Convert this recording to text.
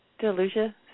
Delusia